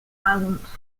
silence